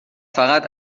فقط